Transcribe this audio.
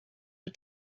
for